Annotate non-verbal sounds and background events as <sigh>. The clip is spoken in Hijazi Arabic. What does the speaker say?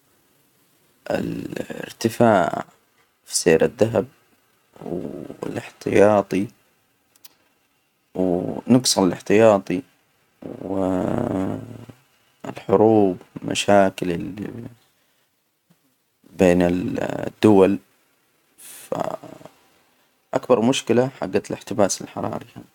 <hesitation> الارتفاع في سعر الذهب و الاحتياطي ونقص الإحتياطي، و، <hesitation> الحروب، مشاكل ال بين ال <hesitation> الدول ف <hesitation> أكبر مشكلة حجة الاحتباس الحراري.